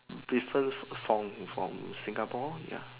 prefer song from Singapore ya